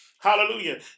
Hallelujah